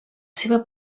seva